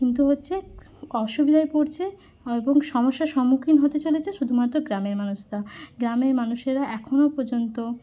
কিন্তু হচ্ছে অসুবিধায় পড়ছে এবং সমস্যার সম্মুখীন হতে চলেছে শুধুমাত্র গ্রামের মানুষরা গ্রামের মানুষেরা এখনও পর্যন্ত